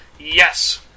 Yes